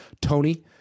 Tony